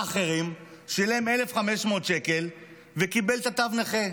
מאכערים, שילם 1,500 שקל וקיבל את תו הנכה.